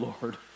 Lord